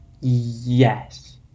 Yes